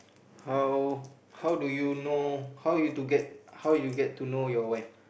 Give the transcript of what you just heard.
how how do you know how you to get how you get to know your wife